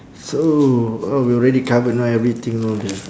so uh we already covered know everything know the